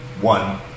one